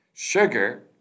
sugar